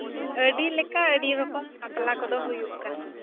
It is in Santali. ᱦᱮᱸ ᱟᱹᱰᱤ ᱞᱮᱠᱟ ᱟᱹᱰᱤ ᱨᱚᱠᱚᱢ ᱵᱟᱯᱞᱟ ᱠᱚᱫᱚ ᱦᱩᱭᱩᱜ ᱠᱟᱱᱟ